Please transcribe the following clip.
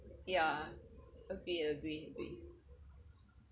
ya agree agree agree